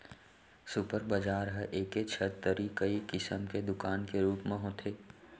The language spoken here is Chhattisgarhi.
सुपर बजार ह एके छत तरी कई किसम के दुकान के रूप म होथे